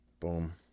Boom